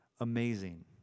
amazing